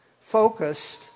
focused